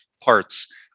parts